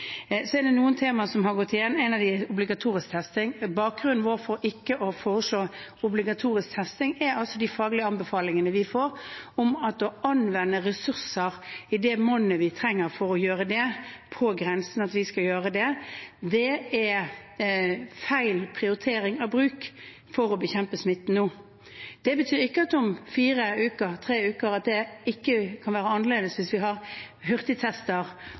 Så er det noen temaer som har gått igjen. Ett av dem er obligatorisk testing. Bakgrunnen vår for ikke å foreslå obligatorisk testing er de faglige anbefalingene vi får om at å anvende ressurser i det monnet vi trenger på grensen, at vi skal gjøre det, er feil prioritering av bruk for å bekjempe smitten nå. Det betyr ikke at det om fire uker, tre uker, ikke kan være annerledes, hvis vi har hurtigtester